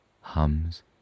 hums